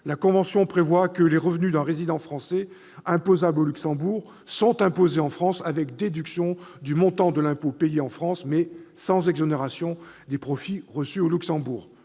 elle prévoit que les revenus d'un résident français imposable au Luxembourg sont imposés en France avec déduction du montant de l'impôt payé en France, mais sans exonération des profits reçus au Luxembourg-